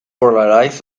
polarized